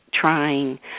trying